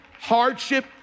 hardship